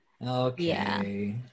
okay